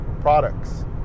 products